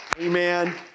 Amen